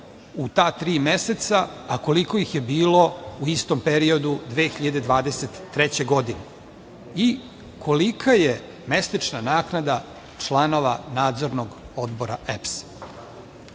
u ta tri meseca. Koliko ih je bilo u istom periodu 2023. godine i kolika je mesečna naknada članova Nadzornog odbora